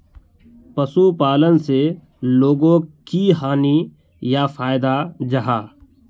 पशुपालन से लोगोक की हानि या फायदा जाहा?